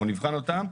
אנחנו נבחן אותם,